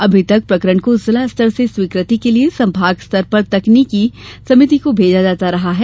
अभी तक प्रकरण को जिला स्तर से स्वीकृति के लिये संभाग स्तर पर तकनीकी समिति को भेजा जाता रहा है